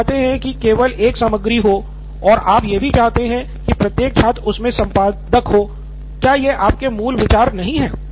आप चाहते हैं कि केवल एक सामग्री हो और आप यह भी चाहते हैं कि प्रत्येक छात्र उसमे संपादक हो क्या यह आपके मूल विचार नहीं है